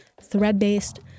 thread-based